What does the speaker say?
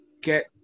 get